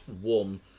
one